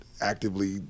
actively